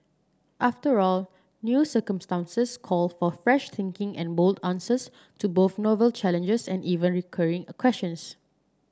after all new circumstances call for fresh thinking and bold answers to both novel challenges and even recurring questions